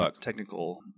technical